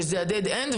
שזה הדד אנד,